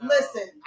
Listen